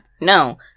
No